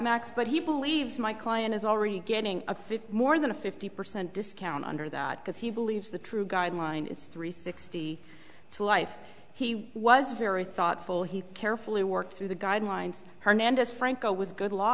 max but he believes my client is already getting a more than a fifty percent discount under that because he believes the true guideline is three sixty to life he was very thoughtful he carefully worked through the guidelines hernandez franco was good law